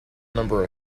number